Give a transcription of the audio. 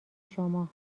شما